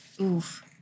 Oof